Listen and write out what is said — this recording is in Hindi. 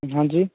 हाँ जी